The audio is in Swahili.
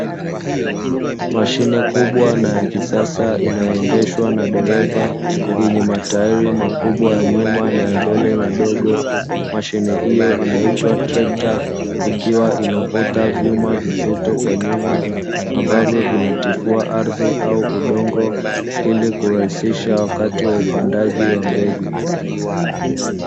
Mashine kubwa na ya kisasa inyaoendeshwa na dereva yenye matajiri makubwa na ya mbele madogo, mashine hiyo inaitwa trekta ikiwa inavuta vyuma vizito kwa nyuma ambavyo vinatifua ardhi au udongo ili kurahisisha wakati wa upandaji wa mbegu.